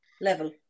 level